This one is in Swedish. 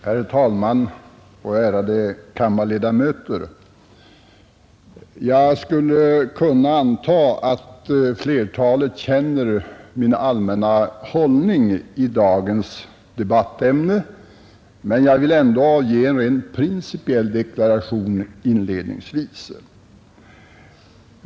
Herr talman, ärade kammarledamöter! Jag antar att flertalet ledamöter känner min allmänna hållning i dagens debattämne, men jag vill ändå avge en rent principiell deklaration inledningsvis.